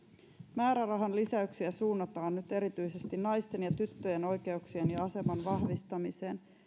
määrärahan lisäyksiä suunnataan nyt erityisesti naisten ja tyttöjen oikeuksien ja aseman vahvistamiseen